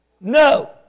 No